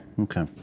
Okay